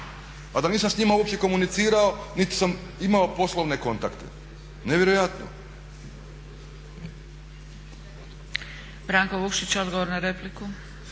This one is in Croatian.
a da nisam s njima uopće komunicirao niti sam imao poslovne kontakte. Nevjerojatno! **Zgrebec, Dragica